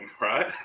right